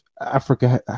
Africa